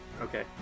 Okay